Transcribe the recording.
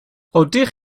ydych